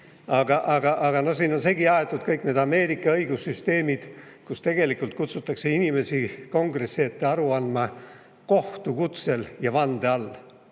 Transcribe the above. särk. Siin on segi aetud kõik need Ameerika õigussüsteemid, kus tegelikult kutsutakse inimesi Kongressi ette aru andma kohtu kutsel ja vande all.